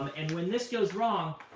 and when this goes wrong,